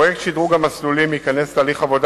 פרויקט שדרוג המסלולים ייכנס להליך עבודה